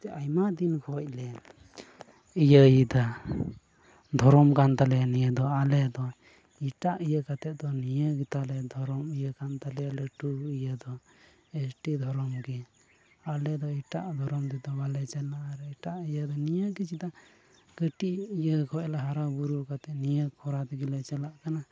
ᱮᱱᱛᱮᱫ ᱟᱭᱢᱟ ᱫᱤᱱ ᱠᱷᱚᱱ ᱞᱮ ᱤᱭᱟᱹᱭᱮᱫᱟ ᱫᱷᱚᱨᱚᱢ ᱠᱟᱱ ᱛᱟᱞᱮᱭᱟ ᱱᱤᱭᱟᱹ ᱫᱚ ᱟᱞᱮ ᱫᱚ ᱮᱴᱟᱜ ᱤᱭᱟᱹ ᱠᱟᱛᱮᱫ ᱫᱚ ᱱᱤᱭᱟᱹ ᱜᱮᱛᱟᱞᱮ ᱫᱷᱚᱨᱚᱢ ᱤᱭᱟᱹ ᱠᱟᱱ ᱛᱟᱞᱮᱭᱟ ᱞᱟᱹᱴᱩ ᱤᱭᱟᱹ ᱫᱚ ᱮᱥ ᱴᱤ ᱫᱷᱚᱨᱚᱢ ᱜᱮ ᱟᱞᱮ ᱫᱚ ᱮᱴᱟᱜ ᱫᱷᱚᱨᱚᱢ ᱨᱮᱫᱚ ᱵᱟᱞᱮ ᱪᱟᱞᱟᱜᱼᱟ ᱟᱨ ᱮᱴᱟᱜ ᱤᱭᱟᱹᱨᱮ ᱱᱤᱭᱟᱹ ᱜᱮ ᱪᱮᱫᱟᱜ ᱠᱟᱹᱴᱤᱡ ᱤᱭᱟᱹ ᱠᱷᱚᱱ ᱞᱮ ᱦᱟᱨᱟᱼᱵᱩᱨᱩ ᱠᱟᱛᱮᱫ ᱱᱤᱭᱟᱹ ᱦᱚᱨᱟ ᱛᱮᱜᱮ ᱞᱮ ᱪᱟᱞᱟᱜ ᱠᱟᱱᱟ